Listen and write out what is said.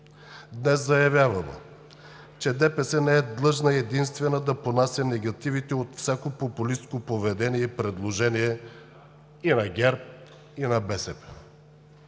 Днес заявяваме, че ДПС не е длъжна единствена да понася негативите от всяко популистко поведение и предложение и на ГЕРБ, и на БСП.